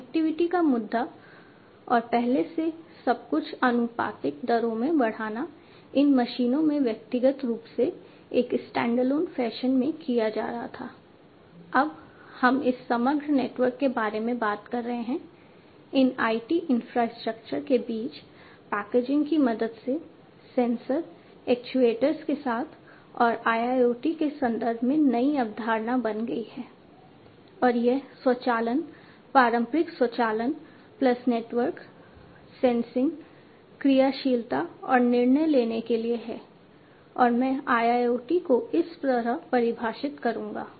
connectivity का मुद्दा और पहले से सब कुछ आनुपातिक दरों में बढ़ाना इन मशीनों में व्यक्तिगत रूप से एक स्टैंडअलोन फैशन में किया जा रहा था अब हम इस समग्र नेटवर्क के बारे में बात कर रहे हैं इन IT इन्फ्रास्ट्रक्चर के बीच पैकेजिंग की मदद से सेंसर एक्ट्यूएटर्स के साथ और IIoT के संदर्भ में नई अवधारणा बन गई है और यह स्वचालन पारंपरिक स्वचालन प्लस नेटवर्क सेंसिंग क्रियाशीलता और निर्णय लेने के लिए है और मैं IIoT को इस तरह परिभाषित करूंगा